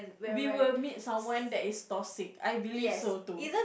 we will meet someone that is toxic I believe so too